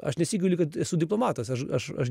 aš nesigailiu kad esu diplomatas aš aš aš